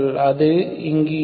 அது இங்கு இருக்கும்